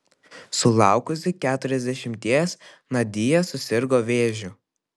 sulaukusi keturiasdešimties nadia susirgo vėžiu